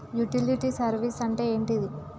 Utility service అంటే ఏంటిది?